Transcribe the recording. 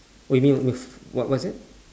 what you mean you what was that